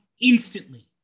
instantly